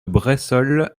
bressolles